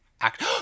act